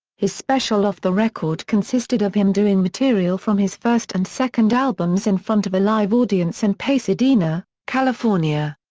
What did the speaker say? his special off the record consisted of him doing material from his first and second albums in front of a live audience in pasedena, california.